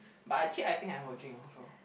but actually I think I will drink also